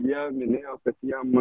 jie minėjau kad jiem